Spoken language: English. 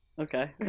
Okay